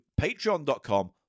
patreon.com